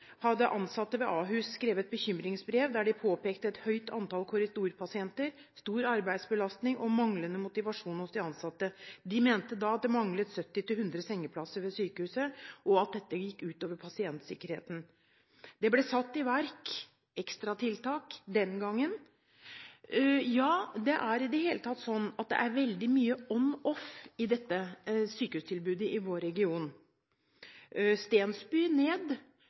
hadde skrevet bekymringsbrev, der de påpekte et høyt antall korridorpasienter, stor arbeidsbelastning og manglende motivasjon hos de ansatte. De mente da at det manglet 70–100 sengeplasser ved sykehuset, og at dette gikk ut over pasientsikkerheten. Det ble satt i verk ekstratiltak den gangen. Det er i det hele tatt veldig mye «on-off» i sykehustilbudet i vår region: Stensby ned,